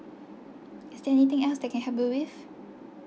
is there anything else that I can help you with